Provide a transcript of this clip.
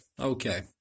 okay